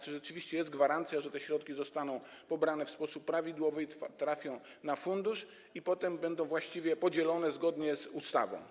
Czy rzeczywiście jest gwarancja, że te środki zostaną pobrane w sposób prawidłowy i trafią na fundusz, a potem będą właściwie podzielone zgodnie z ustawą?